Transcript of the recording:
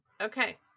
Okay